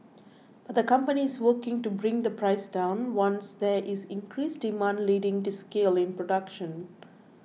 but the company is working to bring the price down once there is increased demand leading to scale in production